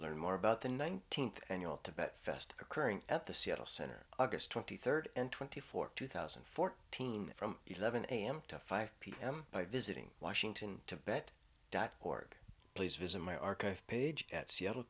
learn more about the nineteenth annual tibet fest occurring at the seattle center august twenty third and twenty fourth two thousand and fourteen from eleven am to five pm by visiting washington tibet dot org please visit my archive page at seattle